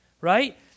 right